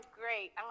great